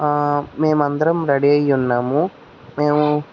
మేము అందరం రెడీ అయ్యి ఉన్నాము మేము